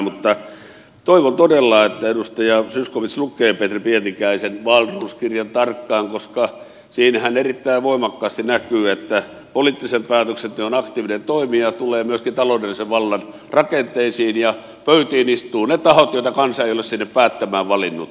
mutta toivon todella että edustaja zyskowicz lukee pietiläisen wahlroos kirjan tarkkaan koska siinähän erittäin voimakkaasti näkyy että poliittisen päätöksenteon aktiivinen toimija tulee myöskin taloudellisen vallan rakenteisiin ja pöytiin istuvat ne tahot joita kansa ei ole sinne päättämään valinnut